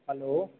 hello